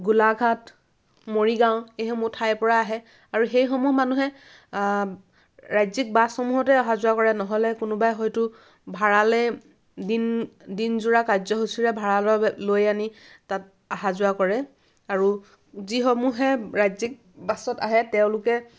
গোলাঘাট মৰিগাঁও এইসমূহ ঠাইৰ পৰা আহে আৰু সেই সমূহ মানুহে ৰাজ্যিক বাছসমূহতে অহা যোৱা কৰে নহ'লে কোনোবাই হয়তো ভাড়ালে দিন দিনযোৰা কাৰ্যসূচীৰে ভাড়াৰ বাবে লৈ আনি তাত অহা যোৱা কৰে আৰু যিসমূহে ৰাজ্যিক বাছত আহে তেওঁলোকে